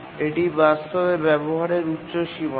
এটি বাস্তবে ব্যবহারের উচ্চ সীমানা